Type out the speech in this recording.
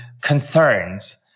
concerns